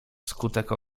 skutek